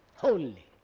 wholly.